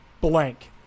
blank